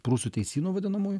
prūsų teisynų vadinamųj